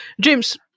james